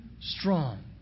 strong